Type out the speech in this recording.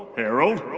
harold?